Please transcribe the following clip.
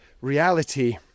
reality